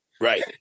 Right